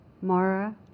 Mara